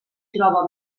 troba